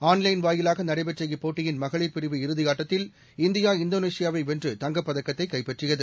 ஆள் லைன் வாயிலாக நடைபெற்ற இப்போட்டியின் மகளிர் பிரிவு இறுதியாட்டத்தில் இந்தியா இந்தோனேஷியாவை வென்று தங்கப் பதக்கத்தை கைப்பற்றியது